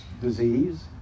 disease